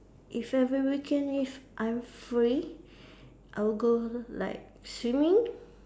if every weekend if I'm free I will go like swimming